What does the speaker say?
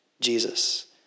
Jesus